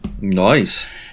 Nice